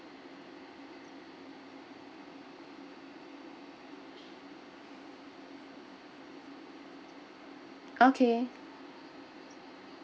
okay